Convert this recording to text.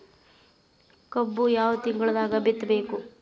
ಕಬ್ಬು ಯಾವ ತಿಂಗಳದಾಗ ಬಿತ್ತಬೇಕು?